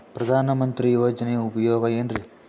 ಪ್ರಧಾನಮಂತ್ರಿ ಯೋಜನೆ ಉಪಯೋಗ ಏನ್ರೀ?